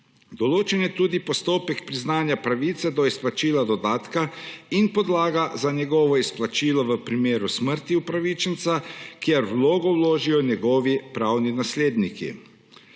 sta tudi postopek priznanja pravice do izplačila dodatka in podlaga za njegovo izplačilo v primeru smrti upravičenca, kjer vlogo vložijo njegovi pravni nasledniki.